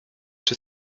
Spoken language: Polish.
czy